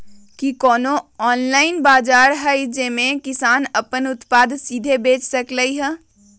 कि कोनो ऑनलाइन बाजार हइ जे में किसान अपन उत्पादन सीधे बेच सकलई ह?